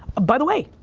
by the way,